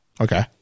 Okay